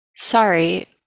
Sorry